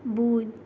بوٗنۍ